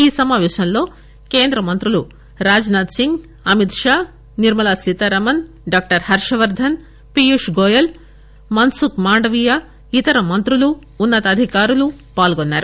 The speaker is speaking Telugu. ఈ సమాపేశంలో కేంద్రమంత్రులు Rajnath Singh Amit Shah Nirmala Sitharaman doctor Harshvardhan Piyush Goyal Mansukh Mandaviya ఇతర మంత్రులు ఉన్న తాధికారులు పాల్గొన్నారు